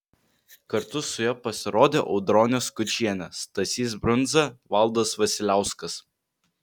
kartu su ja pasirodė audronė skučienė stasys brundza valdas vasiliauskas